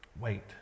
Wait